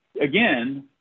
Again